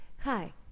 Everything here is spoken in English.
Hi